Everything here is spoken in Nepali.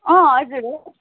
हजुर हो